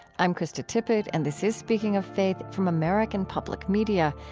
i'm krista tippett and this is speaking of faith from american public media,